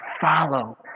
follow